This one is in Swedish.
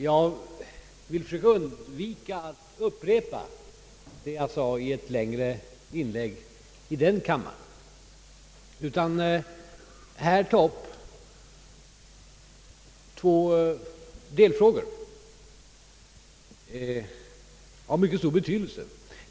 Jag vill försöka undvika att upprepa det jag sade i ett längre inlägg i den kammaren, utan jag vill här bara ta upp två delfrågor av mycket stor betydelse.